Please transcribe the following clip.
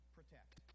Protect